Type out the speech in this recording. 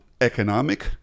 economic